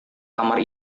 kamar